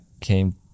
came